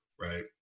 right